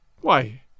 Why